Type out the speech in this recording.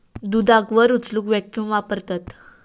दुधाक वर उचलूक वॅक्यूम वापरतत